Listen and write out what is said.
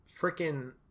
Freaking